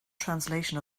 translation